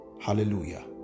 Hallelujah